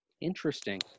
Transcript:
interesting